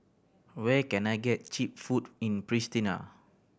where can I get cheap food in Pristina